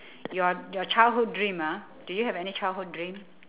your your childhood dream ah do you have any childhood dream